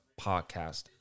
podcast